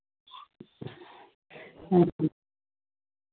ᱦᱩᱸ